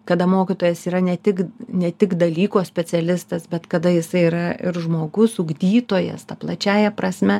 kada mokytojas yra ne tik ne tik dalyko specialistas bet kada jisai yra ir žmogus ugdytojas ta plačiąja prasme